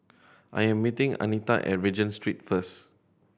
I am meeting Anita at Regent Street first